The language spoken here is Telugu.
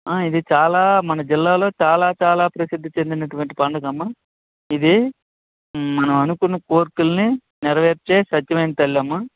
ఇది చాలా మన జిల్లాలో చాలా చాలా ప్రసిద్ధి చెందినటువంటి పండగ అమ్మా ఇది మనము అనుకున్న కోరికలని నెరవేర్చే సత్యమైన తల్లి అమ్మా